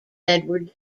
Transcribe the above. edward